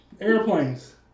airplanes